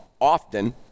often